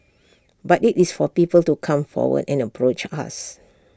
but IT is for people to come forward and approach us